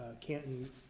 Canton